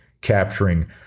capturing